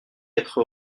être